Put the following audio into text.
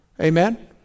Amen